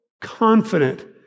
confident